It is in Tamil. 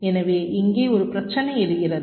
எனவே இங்கே ஒரு பிரச்சினை எழுகிறது